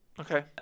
okay